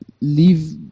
leave